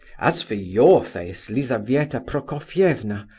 as for your face, lizabetha prokofievna,